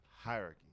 hierarchy